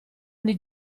ogni